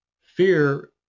fear